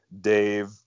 Dave